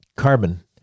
carbon